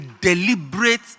deliberate